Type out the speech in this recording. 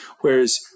Whereas